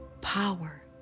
power